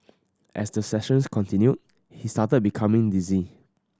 as the sessions continued he started becoming dizzy